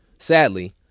Sadly